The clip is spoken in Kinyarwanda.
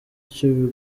icyo